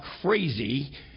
crazy